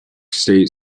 state